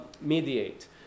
mediate